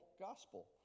Gospel